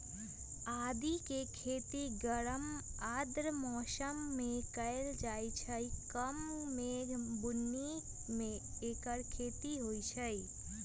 आदिके खेती गरम आर्द्र मौसम में कएल जाइ छइ कम मेघ बून्नी में ऐकर खेती होई छै